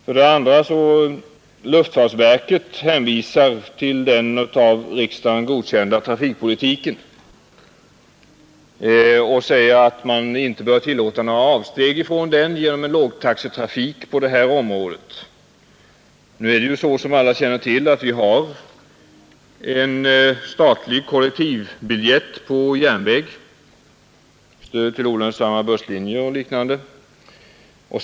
För det andra hänvisar luftfartsverket till den av riksdagen godkända trafikpolitiken och säger att man inte bör tillåta några avsteg från den genom en lågtaxetrafik på detta område. Nu är det så, som alla känner till, att vi har en statlig kollektivbiljett på järnväg, stöd till olönsamma busslinjer och liknande.